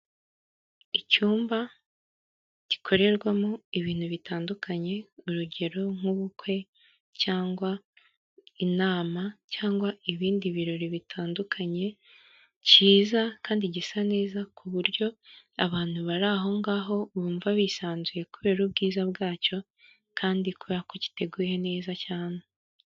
Icyumba gikorerwamo ibintu bitandukanye urugero, nk'ubukwe cyangwa inama cyangwa ibindi birori bitandukanye cyiza kandi gisa neza ku buryo abantu bari ahongaho bumva bisanzuye kubera ubwiza bwacyo kandi koko kiteguye neza cyane.